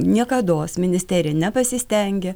niekados ministerija nepasistengė